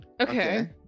Okay